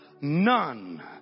none